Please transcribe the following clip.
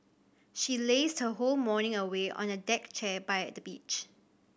she lazed her whole morning away on a deck chair by the beach